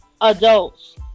adults